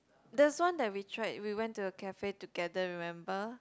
that's one that we tried we went to the cafe together remember